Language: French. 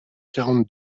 quarante